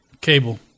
Cable